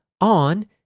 on